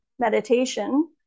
meditation